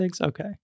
Okay